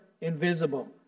invisible